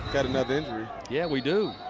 got another yeah, we do.